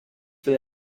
will